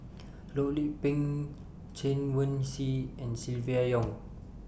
Loh Lik Peng Chen Wen Hsi and Silvia Yong